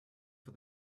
for